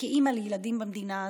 וכאימא לילדים במדינה הזו.